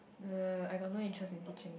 uh I got no interest in teaching